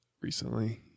recently